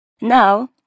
Now